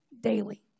daily